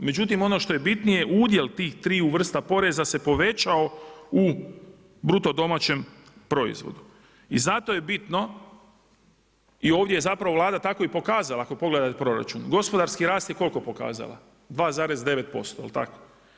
Međutim, ono što je bitnije udjel tih triju vrsta poreza se povećao u BDP-u. i zato je bitno i ovdje je zapravo Vlada tako i pokazala, ako pogledate proračun, gospodarski rast je koliko pokazala, 2,9%, jel' tako?